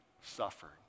suffered